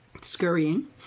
scurrying